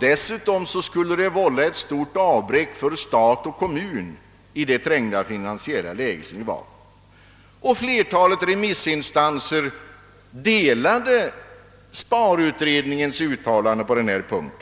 Dessutom skulle det vålla ett stort avbräck för stat och kommun i det trängda statsfinansiella läge där vi befinner oss. Flertalet remissinstanser delade sparutredningens uppfattning på denna punkt.